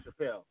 Chappelle